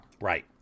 Right